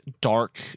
dark